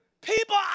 People